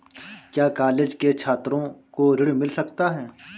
क्या कॉलेज के छात्रो को ऋण मिल सकता है?